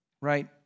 right